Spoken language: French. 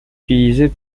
utilisées